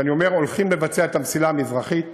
כשאני אומר שהולכים לבצע את המסילה המזרחית,